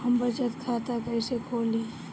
हम बचत खाता कईसे खोली?